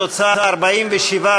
התוצאה: 47,